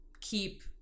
keep